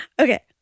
Okay